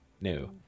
No